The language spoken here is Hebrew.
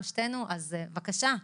בבקשה,